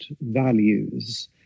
values